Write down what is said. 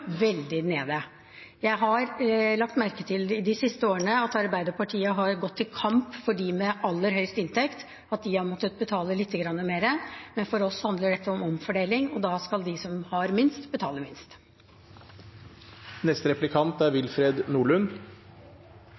veldig nede. Jeg har de siste årene lagt merke til at Arbeiderpartiet har gått til kamp for dem med aller høyest inntekt – de har måttet betale lite grann mer – men for oss handler dette om omfordeling, og da skal de som har minst, betale minst.